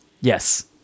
Yes